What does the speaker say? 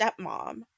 stepmom